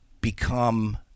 become